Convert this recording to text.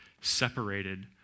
separated